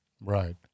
Right